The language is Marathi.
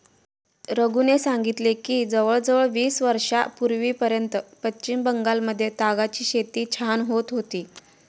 रघूने सांगितले की जवळजवळ वीस वर्षांपूर्वीपर्यंत पश्चिम बंगालमध्ये तागाची शेती छान होत होती